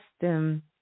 custom